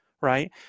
right